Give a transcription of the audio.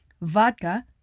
vodka